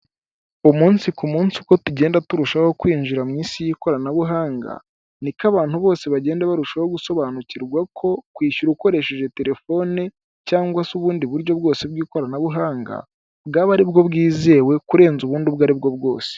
Umunsi ku munsi uko tugenda turushaho kwinjira mw'isi y'ikoranabuhanga, niko abantu bose bagenda barushaho gusobanukirwa ko kwishyura ukoresheje telefone cyangwa se ubundi buryo bwose bw'ikoranabuhanga, bwaba aribwo bwizewe kurenza ubundi ubwo aribwo bwose.